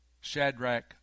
Shadrach